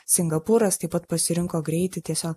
singapūras taip pat pasirinko greitį tiesiog